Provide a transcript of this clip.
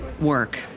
work